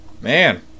man